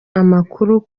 amakuru